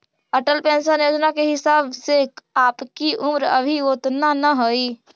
Atal pension Yojana के हिसाब से आपकी उम्र अभी उतना न हई